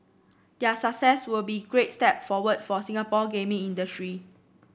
their success would be a great step forward for Singapore gaming industry